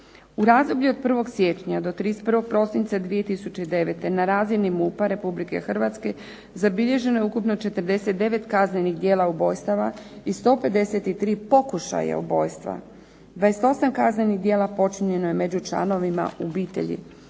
U razdoblju od 1. siječnja do 31. prosinca 2009. na razini MUP-a Republike Hrvatske zabilježeno je ukupno 49 kaznenih djela ubojstava i 153 pokušaja ubojstva. 28 kaznenih djela počinjeno je među članovima obitelji.